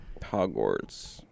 Hogwarts